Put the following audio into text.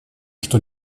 что